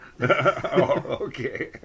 Okay